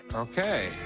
ok,